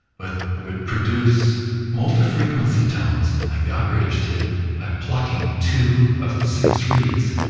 but it would produce multiple frequency tones like the operators did by plucking two of the six reads,